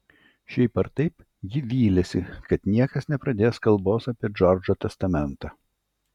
šiaip ar taip ji vylėsi kad niekas nepradės kalbos apie džordžo testamentą